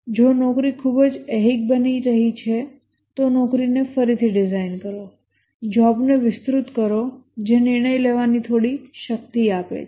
જો નોકરી ખૂબ જ ઐહિક બની રહી છે તો નોકરીને ફરીથી ડિઝાઇન કરો જોબને વિસ્તૃત કરો જે નિર્ણય લેવાની થોડી શક્તિ આપે છે